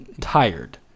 tired